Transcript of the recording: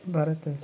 Bharat